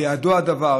בידו הדבר.